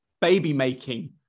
baby-making